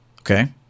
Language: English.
Okay